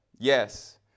Yes